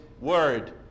word